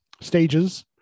stages